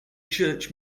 church